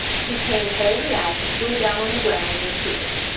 he came wholly out and flew down on the ground near peter.